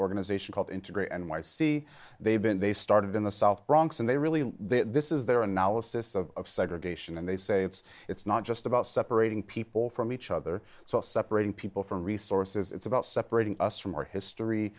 organization called integrate and y c they've been they started in the south bronx and they really this is their analysis of segregation and they say it's it's not just about separating people from each other so it's separating people from resources it's about separating us from our history